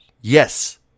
Yes